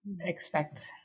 expect